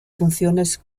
funciones